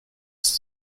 ist